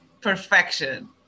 perfection